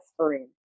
aspirin